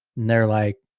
they're like,